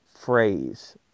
phrase